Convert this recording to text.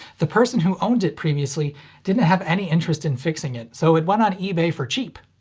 the person who owned it previously didn't have any interest in fixing it, so it went on ebay for cheap.